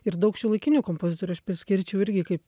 ir daug šiuolaikinių kompozitorių aš priskirčiau irgi kaip